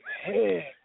head